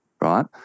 right